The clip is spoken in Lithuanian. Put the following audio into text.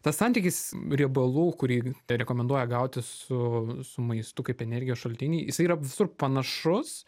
tas santykis riebalų kurį rekomenduoja gauti su su maistu kaip energijos šaltinį jis yra visur panašus